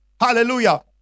Hallelujah